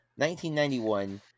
1991